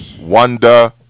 Wonder